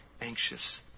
anxious